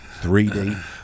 3D